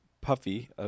puffy